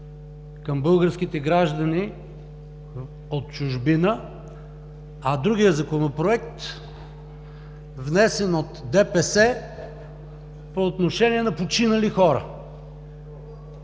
към българските граждани от чужбина, а другият Законопроект, внесен от ДПС, по отношение на починали хора.